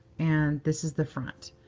and this is the front.